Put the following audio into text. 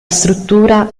struttura